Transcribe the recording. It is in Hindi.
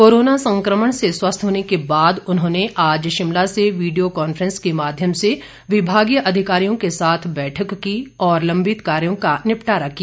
कोरोना संक्रमण से स्वस्थ होने के बाद उन्होंने आज शिमला में यीडियो कॉन्फ्रेंस के माध्यम से विभागीय अधिकारियों के साथ बैठक की और लम्बित कार्यों का निपटारा किया